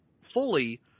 fully